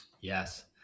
Yes